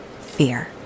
Fear